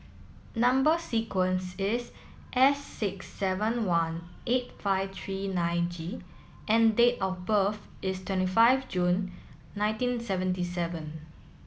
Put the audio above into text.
number sequence is S six seven one eight five three nine G and date of birth is twenty five June nineteen seventy seven